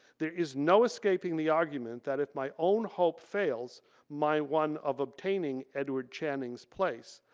there is no escaping the argument that if my own hope fails my one of obtaining edward channing's place,